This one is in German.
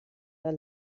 der